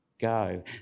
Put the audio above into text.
go